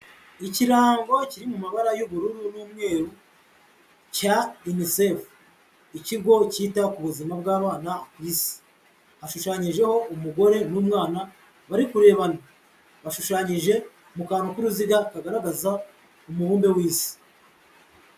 Ikirango kiri mu mabara y'ubururu n'umweru cya UNICEF ikigo cyita ku buzima bw'abana ku isi, hashushanyijeho umugore n'umwana bari kurebana, bashushanyije mu kantu k'uruziga kagaragaza umubumbe w'isi.